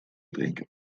drinken